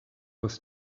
was